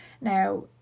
Now